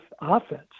offense